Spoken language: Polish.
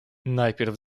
najpierw